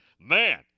Man